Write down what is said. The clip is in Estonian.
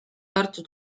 tartu